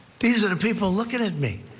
these are the people looking at me.